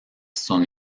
son